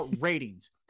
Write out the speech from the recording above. ratings